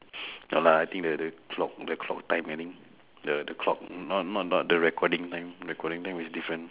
no lah I think the the clock the clock time I think the clock not not not the recording time recording time is different